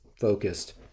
focused